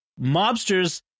Mobsters